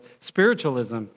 spiritualism